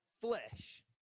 flesh